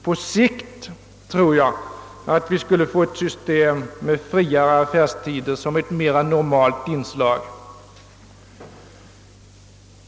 På sikt tror jag att vi skulle få ett system med friare affärstider som ett mera normalt inslag.